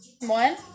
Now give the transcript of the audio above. One